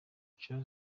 inshuro